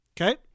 Okay